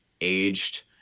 aged